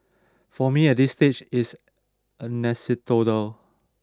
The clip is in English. for me at this stage it's anecdotal